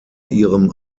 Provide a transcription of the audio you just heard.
ihrem